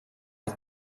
els